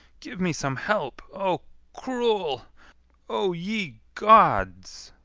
give me some help o cruel o ye gods!